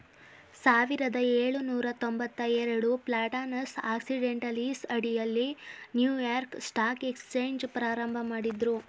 ಸಾವಿರದ ಏಳುನೂರ ತೊಂಬತ್ತಎರಡು ಪ್ಲಾಟಾನಸ್ ಆಕ್ಸಿಡೆಂಟಲೀಸ್ ಅಡಿಯಲ್ಲಿ ನ್ಯೂಯಾರ್ಕ್ ಸ್ಟಾಕ್ ಎಕ್ಸ್ಚೇಂಜ್ ಪ್ರಾರಂಭಮಾಡಿದ್ರು